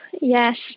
Yes